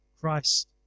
Christ